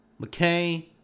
McCain